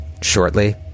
shortly